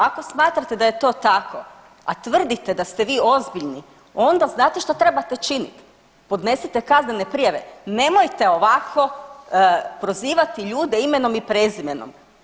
Ako smatrate da je to tako, a tvrdite da ste vi ozbiljni onda znate šta trebate činit, podnesite kaznene prijave, nemojte ovako prozivati ljude imenom i prezimenom.